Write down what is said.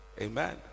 amen